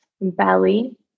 belly